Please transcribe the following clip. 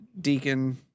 Deacon